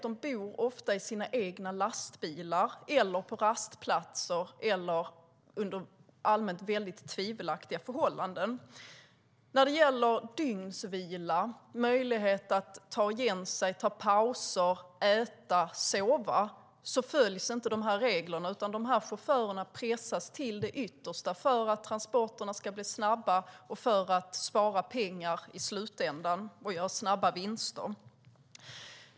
De bor ofta i sina egna lastbilar, på rastplatser eller under allmänt tvivelaktiga förhållanden. När det gäller dygnsvila och möjlighet att ta igen sig, ta pauser, äta och sova följs inte reglerna, utan chaufförerna pressas till det yttersta för att transporterna ska bli snabba och för att man i slutändan ska kunna spara pengar och göra snabba vinster.